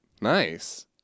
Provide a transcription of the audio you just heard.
Nice